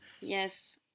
Yes